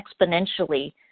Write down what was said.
exponentially